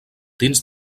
dins